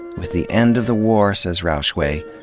with the end of the war, says rauchway,